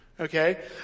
Okay